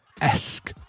esque